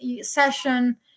session